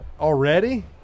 already